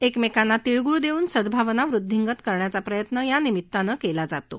एकमेकांना तिळगूळ देऊन सद्भावना वृद्धींगत करण्याचा प्रयत्न या निमित्तानं केला जातो